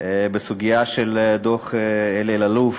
בסוגיה של דוח אלי אלאלוף.